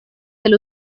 del